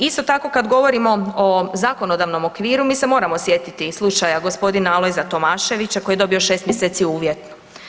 Isto tako, kad govorimo o zakonodavnom okviru, mi se moramo sjetiti slučaja g. Alojza Tomaševića koji je dobio 6 mjeseci uvjetno.